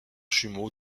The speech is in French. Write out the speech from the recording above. jumeau